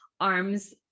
arms